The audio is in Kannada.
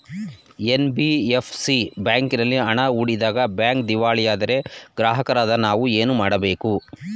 ಎನ್.ಬಿ.ಎಫ್.ಸಿ ಬ್ಯಾಂಕಿನಲ್ಲಿ ಹಣ ಹೂಡಿದಾಗ ಬ್ಯಾಂಕ್ ದಿವಾಳಿಯಾದರೆ ಗ್ರಾಹಕರಾದ ನಾವು ಏನು ಮಾಡಬೇಕು?